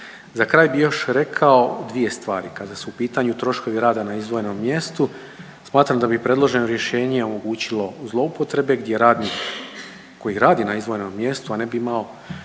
Za kraj bi još rekao dvije stvari. Kada su u pitanju troškovi rada na izdvojenom mjestu, smatram da bi predloženo rješenje omogućilo zloupotrebe gdje radnik koji radi na izdvojenom mjestu, a ne bi imao